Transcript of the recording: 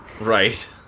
Right